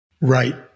Right